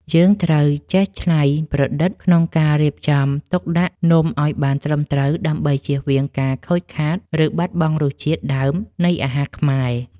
យើងត្រូវចេះច្នៃប្រឌិតក្នុងការរៀបចំទុកដាក់នំឱ្យបានត្រឹមត្រូវដើម្បីជៀសវាងការខូចខាត ឬ បាត់បង់រសជាតិដើមនៃអាហារខ្មែរ។